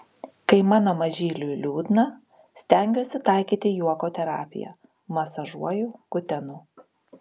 kai mano mažyliui liūdna stengiuosi taikyti juoko terapiją masažuoju kutenu